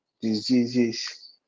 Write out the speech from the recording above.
diseases